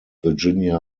virginia